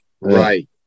Right